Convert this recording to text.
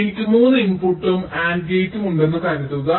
എനിക്ക് 3 ഇൻപുട്ടും AND ഗേറ്റും ഉണ്ടെന്ന് കരുതുക